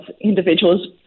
individuals